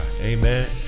Amen